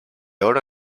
oro